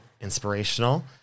inspirational